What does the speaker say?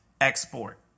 export